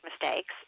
mistakes